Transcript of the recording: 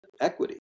equity